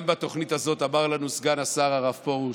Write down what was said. גם בתוכנית הזאת, אמר לנו סגן השר הרב פרוש,